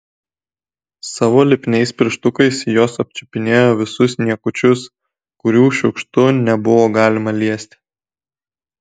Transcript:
savo lipniais pirštukais jos apčiupinėjo visus niekučius kurių šiukštu nebuvo galima liesti